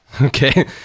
Okay